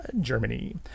Germany